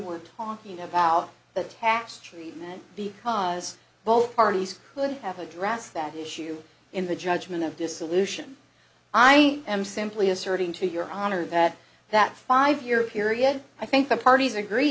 were talking about the tax treatment because both parties could have addressed that issue in the judgment of dissolution i am simply asserting to your honor that that five year period i think the parties agree